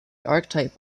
archetype